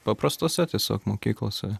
paprastose tiesiog mokyklose